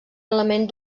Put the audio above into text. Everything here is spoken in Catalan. element